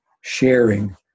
sharing